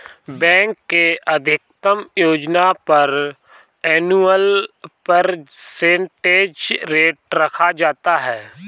bank के अधिकतम योजना पर एनुअल परसेंटेज रेट रखा जाता है